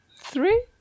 three